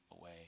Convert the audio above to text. away